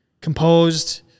composed